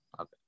Okay